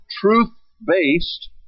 truth-based